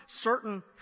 certain